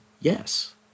Yes